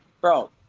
bro